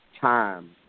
time